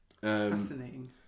Fascinating